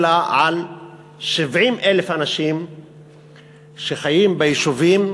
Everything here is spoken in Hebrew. אלא על 70,000 אנשים שחיים ביישובים